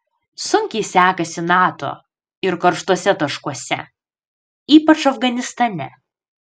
sunkiai sekasi nato ir karštuose taškuose ypač afganistane